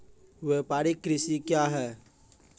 व्यापारिक कृषि क्या हैं?